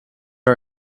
our